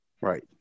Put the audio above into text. Right